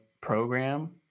program